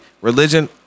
Religion